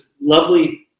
lovely